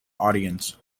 audience